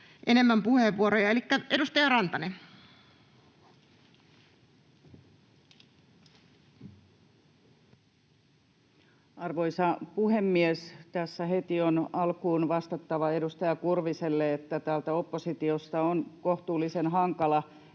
enemmän puheenvuoroja. — Elikkä edustaja Rantanen. Arvoisa puhemies! Tässä heti alkuun on vastattava edustaja Kurviselle, että täältä oppositiosta on kohtuullisen hankala